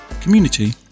community